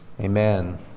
Amen